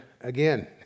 again